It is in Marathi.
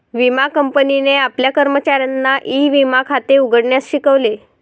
विमा कंपनीने आपल्या कर्मचाऱ्यांना ई विमा खाते उघडण्यास शिकवले